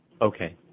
Okay